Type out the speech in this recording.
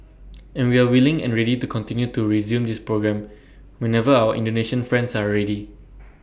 and we are willing and ready to continue to resume this programme whenever our Indonesian friends are ready